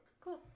Cool